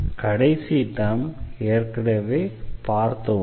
கடைசி டெர்ம் ஏற்கனவே பார்த்த ஒன்று